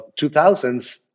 2000s